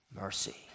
mercy